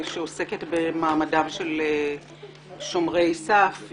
שעוסקת במעמדם של שומרי סף,